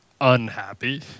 unhappy